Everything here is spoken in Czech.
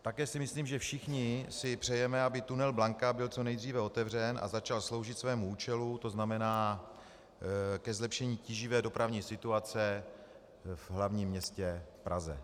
Také si myslím, že všichni si přejeme, aby tunel Blanka byl co nejdříve otevřen a začal sloužit svému účelu, to znamená zlepšení tíživé dopravní situace v hlavním městě Praze.